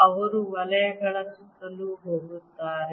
ಅವರು ವಲಯಗಳ ಸುತ್ತಲೂ ಹೋಗುತ್ತಾರೆ